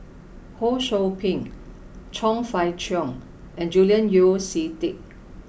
Ho Sou Ping Chong Fah Cheong and Julian Yeo See Teck